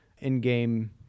in-game